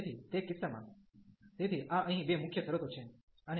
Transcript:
તેથી તે કિસ્સામાં તેથી આ અહીં બે મુખ્ય શરતો છે